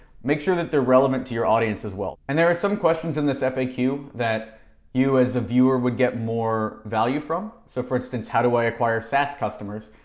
make sure that they're relevant to your audince as well. and there are some questions in this faq that you as a viewer would get more value from. so for instance, how do i acquire saas customers?